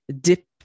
dip